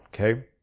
okay